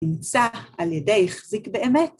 נמצא על ידי החזיק באמת.